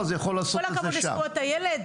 כל הכבוד לזכויות הילד.